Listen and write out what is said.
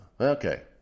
Okay